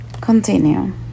continue